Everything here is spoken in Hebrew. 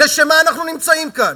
לשם מה אנחנו נמצאים כאן?